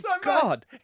God